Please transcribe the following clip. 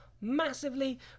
massively